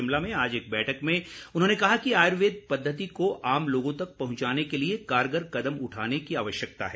शिमला में आज एक बैठक में उन्होंने कहा कि आयुर्वेद पद्वति को आम लोगों तक पहुंचाने के लिए कारगर कदम उठाने की ज़रूरत है